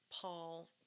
Paul